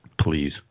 please